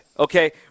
Okay